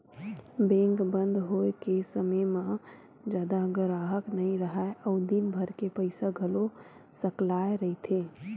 bank बंद होए के समे म जादा गराहक नइ राहय अउ दिनभर के पइसा घलो सकलाए रहिथे